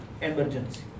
emergency